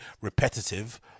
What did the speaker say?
repetitive